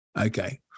Okay